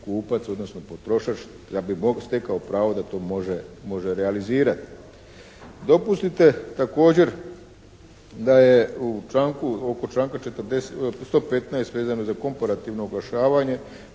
odnosno potrošač da bi stekao pravo da to može realizirati. Dopustite također da je u članku, oko članka 115. vezano za komparativno oglašavanje,